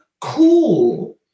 cool